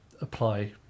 apply